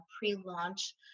pre-launch